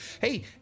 Hey